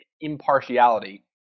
impartiality